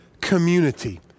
Community